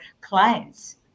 clients